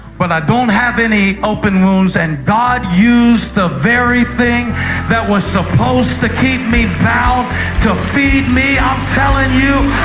but i don't have any open wounds. and god used the very thing that was supposed to keep me bound to feed me. i'm telling you,